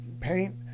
paint